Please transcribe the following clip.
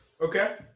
Okay